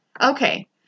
Okay